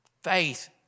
Faith